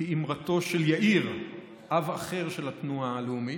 כאמרתו של יאיר, אב אחר של התנועה הלאומית,